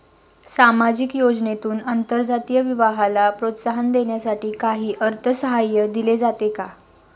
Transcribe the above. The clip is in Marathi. सामाजिक योजनेतून आंतरजातीय विवाहाला प्रोत्साहन देण्यासाठी काही अर्थसहाय्य दिले जाते का?